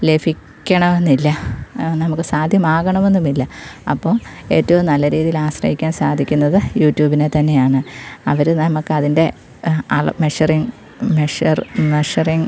ലഭിക്കണമെന്നില്ല അത് നമുക്ക് സാധ്യമാകണമെന്നും ഇല്ല അപ്പം ഏറ്റവും നല്ല രീതിയിൽ ആശ്രയിക്കാൻ സാധിക്കുന്നത് യൂറ്റൂബിനെ തന്നെയാന്ന് അവർ നമ്മൾക്കതിൻ്റെ മെഷറിങ്ങ് മെഷർ മെഷറിങ്ങ്